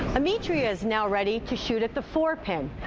ametria is now ready to shoot at the four pin.